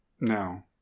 No